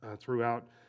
throughout